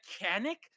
mechanic